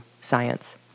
science